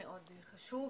מאוד חשוב.